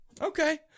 Okay